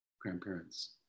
grandparents